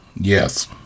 yes